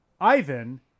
Ivan